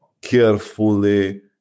carefully